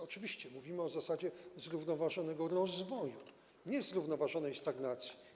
Oczywiście mówimy o zasadzie zrównoważonego rozwoju, nie zrównoważonej stagnacji.